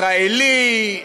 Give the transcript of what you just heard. ישראלי,